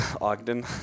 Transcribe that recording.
Ogden